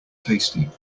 tasty